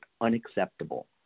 unacceptable